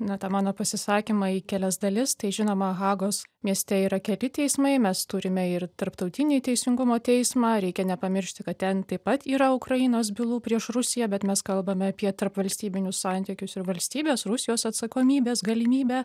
na tą mano pasisakymą į kelias dalis tai žinoma hagos mieste yra keli teismai mes turime ir tarptautinį teisingumo teismą reikia nepamiršti kad ten taip pat yra ukrainos bylų prieš rusiją bet mes kalbame apie tarpvalstybinius santykius ir valstybės rusijos atsakomybės galimybę